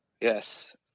Yes